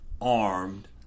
armed